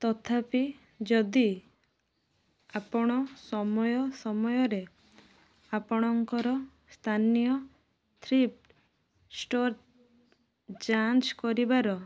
ତଥାପି ଯଦି ଆପଣ ସମୟ ସମୟରେ ଆପଣଙ୍କର ସ୍ଥାନୀୟ ଥ୍ରିିଫ୍ଟ ଷ୍ଟୋର୍ ଯାଞ୍ଚ କରିବାର